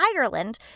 Ireland